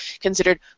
considered